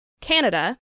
Canada